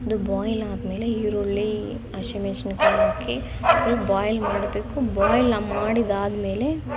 ಅದು ಬಾಯ್ಲ್ ಆದಮೇಲೆ ಈರುಳ್ಳಿ ಹಸಿಮೆಣ್ಶಿನ್ಕಾಯಿ ಹಾಕಿ ಫುಲ್ ಬಾಯ್ಲ್ ಮಾಡಬೇಕು ಬಾಯ್ಲ್ನ ಮಾಡಿದ್ದಾದ್ಮೇಲೆ